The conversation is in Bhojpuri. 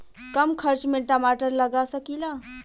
कम खर्च में टमाटर लगा सकीला?